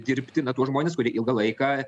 dirbti na tuos žmones kurie ilgą laiką